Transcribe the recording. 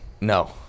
no